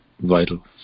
vital